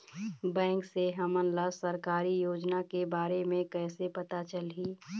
Bank से हमन ला सरकारी योजना के बारे मे कैसे पता चलही?